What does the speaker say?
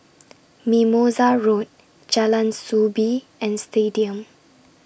Mimosa Road Jalan Soo Bee and Stadium